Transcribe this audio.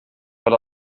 but